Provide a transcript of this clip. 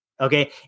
Okay